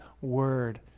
Word